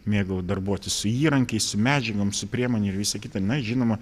mėgau darbuotis su įrankiais su medžiagom su priemonėm ir visa kita na ir žinoma